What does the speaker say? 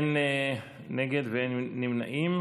אין מתנגדים ואין נמנעים.